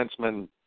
defenseman